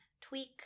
tweak